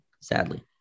sadly